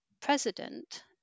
president